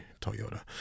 Toyota